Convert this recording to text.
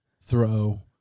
throw